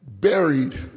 buried